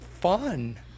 fun